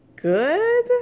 Good